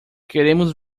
queremos